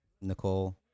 Nicole